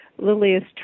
Lilius